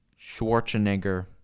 Schwarzenegger